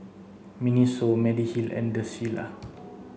Miniso Mediheal and the Shilla